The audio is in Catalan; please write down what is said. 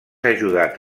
ajudat